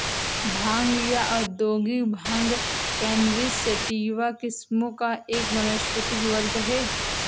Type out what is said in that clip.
भांग या औद्योगिक भांग कैनबिस सैटिवा किस्मों का एक वानस्पतिक वर्ग है